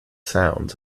sounds